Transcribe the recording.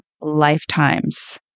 lifetimes